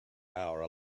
our